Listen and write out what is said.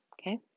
okay